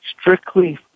strictly